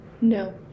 No